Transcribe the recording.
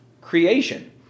creation